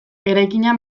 eraikina